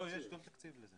לא, יש גם תקציב לזה.